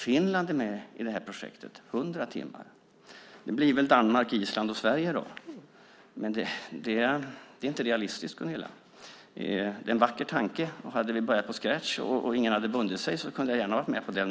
Finland är med i projektet med 100 timmar. Det blir väl Danmark, Island och Sverige kvar då, men det är inte realistiskt, Gunilla. Det är en vacker tanke. Hade vi börjat från scratch och ingen hade bundit sig kunde jag gärna ha varit med på den.